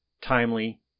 timely